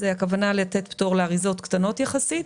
הכוונה היא לתת פטור לאריזות קטנות יחסית.